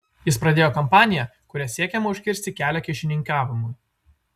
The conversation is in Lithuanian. jis pradėjo kampaniją kuria siekiama užkirsti kelią kyšininkavimui